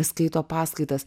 skaito paskaitas